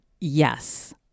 Yes